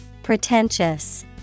Pretentious